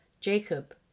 Jacob